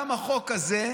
גם החוק הזה,